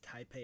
Taipei